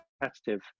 competitive